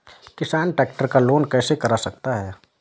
किसान ट्रैक्टर का लोन कैसे करा सकता है?